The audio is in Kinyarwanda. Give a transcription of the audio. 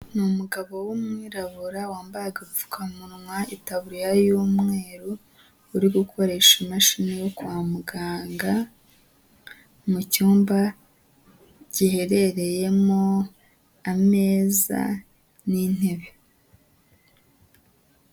Ni umugabo w'umwirabura wambaye agapfukamunwa, itaburiya y'umweru, uri gukoresha imashini yo kwa muganga mu cyumba giherereyemo ameza n'intebe.